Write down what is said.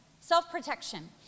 self-protection